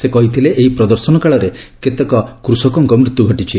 ସେ କହିଥିଲେ ଏହି ପ୍ରଦର୍ଶନ କାଳରେ କେତେକ ଜଣ କୃଷକଙ୍କ ମୃତ୍ୟୁ ଘଟିଛି